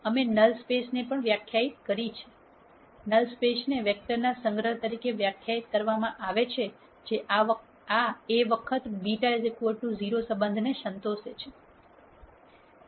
અમે null space ને પણ વ્યાખ્યાયિત કરી છે નલ સ્પેસને વેક્ટરના સંગ્રહ તરીકે વ્યાખ્યાયિત કરવામાં આવે છે જે આ A વખત β 0 સંબંધને સંતોષે છે